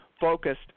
focused